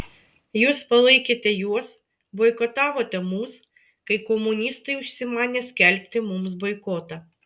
jūs palaikėte juos boikotavote mus kai komunistai užsimanė skelbti mums boikotą